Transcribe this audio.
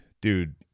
dude